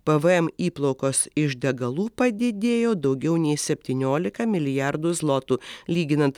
pvm įplaukos iš degalų padidėjo daugiau nei septyniolika milijardų zlotų lyginant